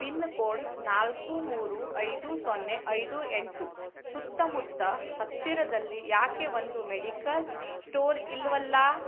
pin code ನಾಲ್ಕು ಮೂರು ಐದು ಸೊನ್ನೆ ಐದು ಎಂಟು ಸುತ್ತಮುತ್ತ ಹತ್ತಿರದಲ್ಲಿ ಯಾಕೆ ಒಂದು ಮೆಡಿಕಲ್ ಸ್ಟೋರ್ ಇಲ್ವಲ್ಲ